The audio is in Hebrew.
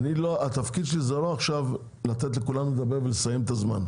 התפקיד שלי הוא לא לתת לכולם לדבר ולסיים את הדיון.